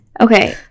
Okay